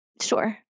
Sure